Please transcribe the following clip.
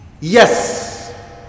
Yes